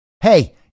Hey